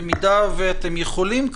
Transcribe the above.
אם אתם כבר יכולים,